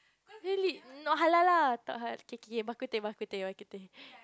really not halal lah tak bak-kut-teh bak-kut-teh bak-kut-teh